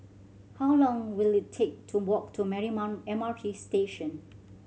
how long will it take to walk to Marymount M R T Station